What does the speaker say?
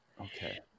Okay